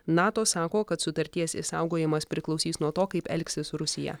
nato sako kad sutarties išsaugojimas priklausys nuo to kaip elgsis rusija